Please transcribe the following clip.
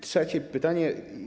Trzecie pytanie.